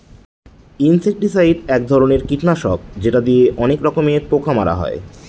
insecticide এক ধরনের কীটনাশক যেটা দিয়ে অনেক রকমের পোকা মারা হয়